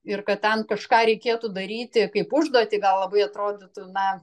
ir kad ten kažką reikėtų daryti kaip užduotį gal labai atrodytų na